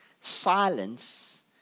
silence